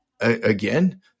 again